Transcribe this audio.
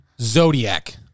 zodiac